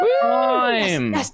time